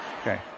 Okay